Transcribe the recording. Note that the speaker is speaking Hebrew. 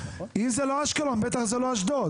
אם זה לא אשקלון, בטח זה לא אשדוד.